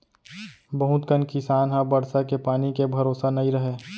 बहुत कन किसान ह बरसा के पानी के भरोसा नइ रहय